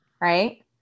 Right